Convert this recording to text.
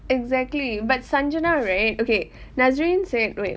exactly but sangita right okay nazreen said wait